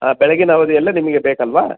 ಬೆಳಗಿನ ಅವಧಿಯಲ್ಲೇ ನಿಮಗೆ ಬೇಕಲ್ವಾ